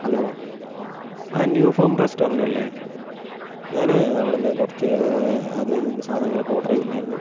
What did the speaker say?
hello ആ new form റെസ്റ്റോറൻ്റല്ലേ ഞാന് അവിടുന്ന് കുറച്ച് അതായത് സാധനങ്ങളൊക്കെ ഓർഡറെയ്തിട്ടുണ്ടായിരുന്നു